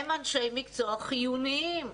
הם אנשי מקצוע חיוניים.